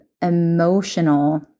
emotional